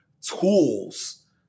tools